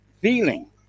feeling